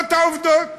אלה העובדות.